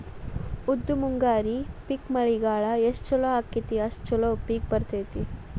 ಉದ್ದು ಮುಂಗಾರಿ ಪಿಕ್ ಮಳಿಗಾಲ ಎಷ್ಟ ಚಲೋ ಅಕೈತಿ ಅಷ್ಟ ಚಲೋ ಪಿಕ್ ಬರ್ತೈತಿ